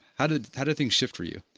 how did how did things shift for you?